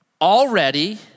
already